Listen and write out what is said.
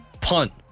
punt